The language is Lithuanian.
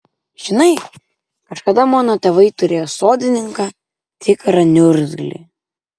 žinai kažkada mano tėvai turėjo sodininką tikrą niurgzlį